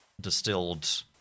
distilled